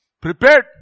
prepared